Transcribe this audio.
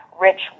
rich